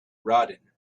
rodin